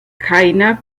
keiner